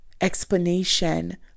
explanation